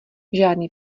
žádný